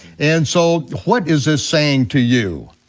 and so what is this saying to you,